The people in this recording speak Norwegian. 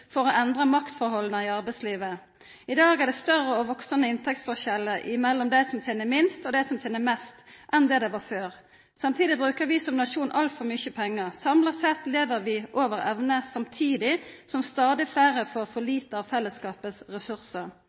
for å endra maktforholda i arbeidslivet. I dag er det større og veksande inntektsforskjellar enn det var før, mellom dei som tener minst, og dei som tener mest. Samtidig bruker vi som nasjon altfor mykje pengar. Samla sett lever vi over evne, samtidig som stadig fleire får for lite av fellesskapen sine ressursar.